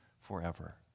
forever